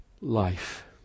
life